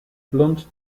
blunt